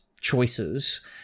choices